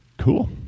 Cool